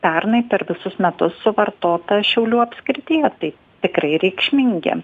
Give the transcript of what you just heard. pernai per visus metus suvartota šiaulių apskrityje tai tikrai reikšmingi